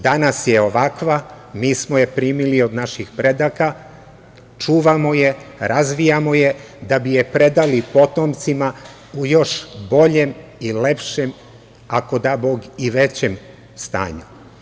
Danas je ovakva, mi smo je primili od naših predaka, čuvamo je, razvijamo je, da bi je predali potomcima u još boljem i lepšem, ako da Bog i većem stanju.